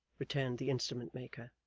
returned the instrument-maker.